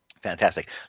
Fantastic